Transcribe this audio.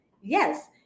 yes